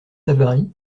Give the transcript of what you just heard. savary